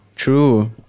true